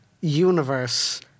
universe